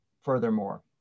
furthermore